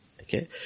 okay